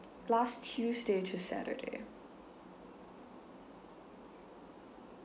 last tuesday to saturday